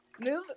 move